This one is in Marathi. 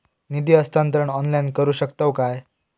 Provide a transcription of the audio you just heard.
निधी हस्तांतरण ऑनलाइन करू शकतव काय?